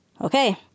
Okay